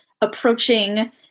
approaching